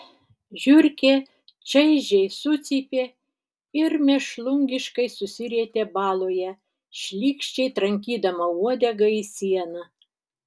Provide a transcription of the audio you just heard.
žiurkė čaižiai sucypė ir mėšlungiškai susirietė baloje šlykščiai trankydama uodegą į sieną